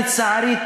לצערי,